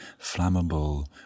flammable